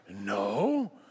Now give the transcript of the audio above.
no